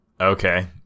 okay